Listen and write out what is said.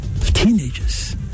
teenagers